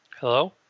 Hello